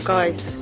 Guys